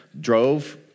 drove